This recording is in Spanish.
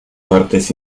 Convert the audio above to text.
partes